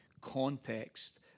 context